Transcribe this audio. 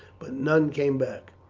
but none came back.